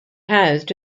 housed